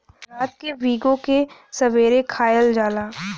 रात के भिगो के सबेरे खायल जाला